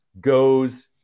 goes